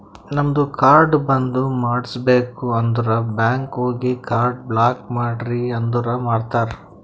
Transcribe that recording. ನಮ್ದು ಕಾರ್ಡ್ ಬಂದ್ ಮಾಡುಸ್ಬೇಕ್ ಅಂದುರ್ ಬ್ಯಾಂಕ್ ಹೋಗಿ ಕಾರ್ಡ್ ಬ್ಲಾಕ್ ಮಾಡ್ರಿ ಅಂದುರ್ ಮಾಡ್ತಾರ್